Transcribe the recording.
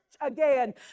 again